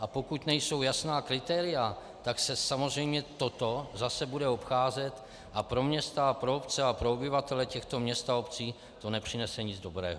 A pokud nejsou jasná kritéria, tak se samozřejmě toto zase bude obcházet a pro města, obce a pro obyvatele těchto měst a obcí to nepřinese nic dobrého.